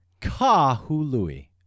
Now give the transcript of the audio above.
Kahului